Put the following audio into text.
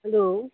hello